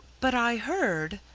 but i heard,